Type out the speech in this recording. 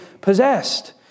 possessed